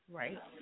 right